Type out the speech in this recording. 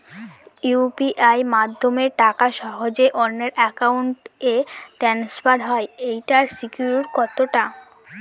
UPI মাধ্যমে টাকা সহজেই অন্যের অ্যাকাউন্ট ই ট্রান্সফার হয় এইটার সিকিউর কত টা?